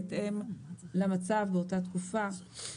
בהתאם למצב באותה תקופה,